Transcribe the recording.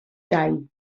tai